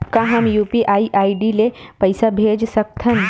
का हम UPI ID ले पईसा भेज सकथन?